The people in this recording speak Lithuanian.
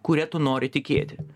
kuria tu nori tikėti